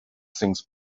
things